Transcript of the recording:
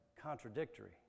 contradictory